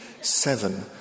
seven